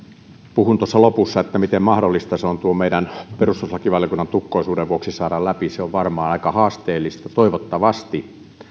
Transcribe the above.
puhun tuossa lopussa siitä miten mahdollista se on meidän perustuslakivaliokunnan tukkoisuuden vuoksi saada läpi se on varmaan aika haasteellista toivottavasti